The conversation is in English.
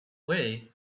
way